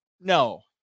No